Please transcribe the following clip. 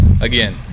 Again